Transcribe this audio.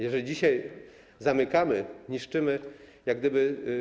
Jeżeli dzisiaj zamykamy, niszczymy jak gdyby.